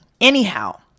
Anyhow